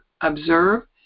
observe